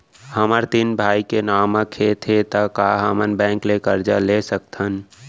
हमर तीन भाई के नाव म खेत हे त का हमन बैंक ले करजा ले सकथन?